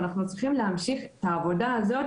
ואנחנו צריכים להמשיך את העבודה הזאת